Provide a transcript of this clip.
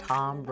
Tom